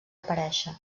aparèixer